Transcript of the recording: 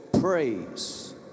praise